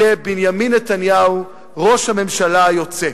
יהיה: בנימין נתניהו ראש הממשלה היוצא.